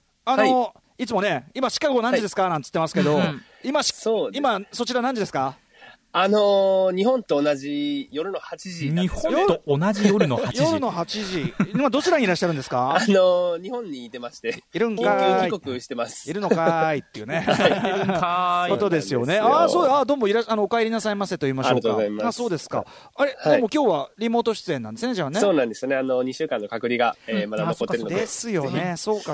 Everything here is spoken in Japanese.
あの、はい。いつもね、今シカゴ何時ですか？はい。なんて言ってますけど、 うん。今、し-そうですね。今そちら何時ですか？あのー、日本と同じ夜の8時なんですよね。日本と同じ夜の8時。夜の8時。 今どちらにいらっしゃるんですか？ あのー、日本にいてまして、 いるんかーい。緊急帰国してます。いるのかーいっていうね、 はい。 いるんかーい。ことですよね。そうなんですよ。あー、そう。あー、どうもいら- あの、お帰りなさいませと言いましょうか。ありがとうございます。あ、そうですか。あれ、はい。でも今日はリモート出演なんですね、じゃあね。そうなんですね。あの、二週間の隔離が、えー、まだ残ってるので、うん。あ、そっかそっか。ぜひ。ですよね。そうか。